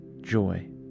joy